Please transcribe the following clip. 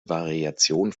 variation